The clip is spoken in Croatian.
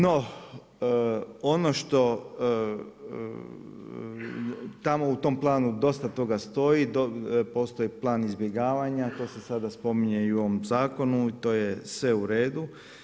No, ono što, tamo u tom planu dosta toga stoji, postoji plan izbjegavanja, to se sada spominje i u ovom zakonu, to je sve u redu.